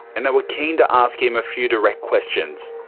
and they were keen to ask him a few direct questions.